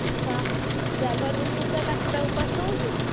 ଆଛା ଜାଗର ଦିନ ପୁରା କାଷ୍ଠା ଉପାସ ରହୁଛୁ